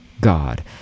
God